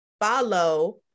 follow